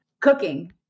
Cooking